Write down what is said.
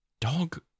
Dog